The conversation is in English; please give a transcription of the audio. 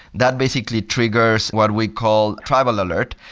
that basically triggers what we call tribal alert.